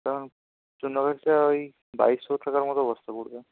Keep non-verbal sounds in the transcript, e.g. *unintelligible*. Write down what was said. *unintelligible* ওই বাইশশো টাকার মতো বস্তা পড়বে